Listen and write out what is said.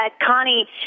Connie